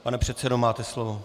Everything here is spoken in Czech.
Pane předsedo, máte slovo.